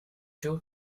two